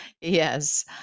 Yes